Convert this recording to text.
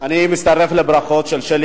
אני מצטרף לברכות של שלי.